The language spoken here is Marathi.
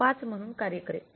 5 म्हणून कार्य करेल